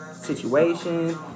situation